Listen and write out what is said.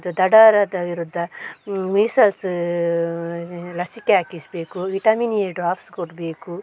ಅದು ದಡಾರದ ವಿರುದ್ಧ ಮೀಸಲ್ಸ್ ಲಸಿಕೆ ಹಾಕಿಸಬೇಕು ವಿಟಮಿನ್ ಎ ಡ್ರಾಪ್ಸ್ ಕೊಡಬೇಕು